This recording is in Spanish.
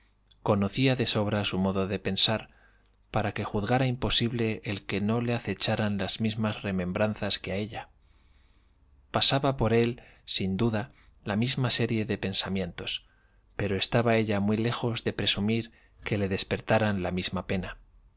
conocía de sobra su modo de pensar para que juzgara imposible el que no le acecharan las mismas remembranzas que a ella pasaba por él sin duda la misma serie de pensamientos pero estaba ella muy lejos de presumir que le despertaran la misma pena